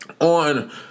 on